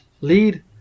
lead